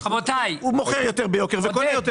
אז הוא מוכר יותר יקר וקונה יותר